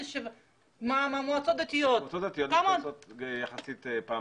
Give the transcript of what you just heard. מועצות דתיות מתכנסות פעם בחודש.